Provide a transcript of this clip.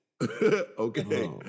Okay